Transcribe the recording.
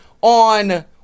on